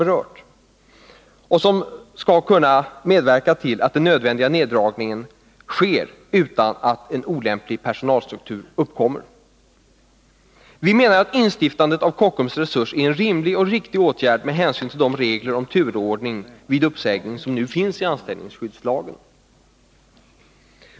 Avsikten är att den skall kunna medverka till att den nödvändiga neddragningen sker utan att en olämplig personalstruktur uppkommer. Vi menar att instiftandet av Kockum Resurs är en rimlig och riktig åtgärd med hänsyn till de regler om turordning vid uppsägning som nu finns i anställningsskyddslagen.